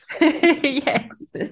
Yes